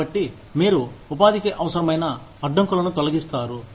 కాబట్టి మీరు ఉపాధికి అవసరమైన అడ్డంకులను తొలగిస్తారు